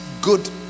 good